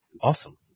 Awesome